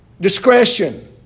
discretion